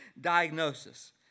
diagnosis